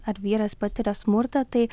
ar vyras patiria smurtą tai